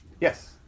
Yes